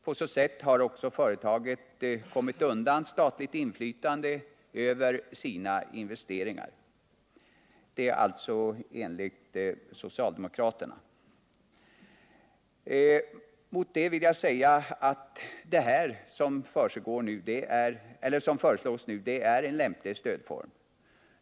På så sätt har företaget kommit undan statligt inflytande över sina investeringar — detta enligt socialdemokraterna. Vad som nu föreslås är emellertid en lämplig stödform.